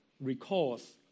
recalls